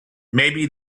maybe